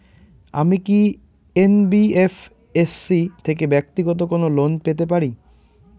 আমি কি এন.বি.এফ.এস.সি থেকে ব্যাক্তিগত কোনো লোন পেতে পারি?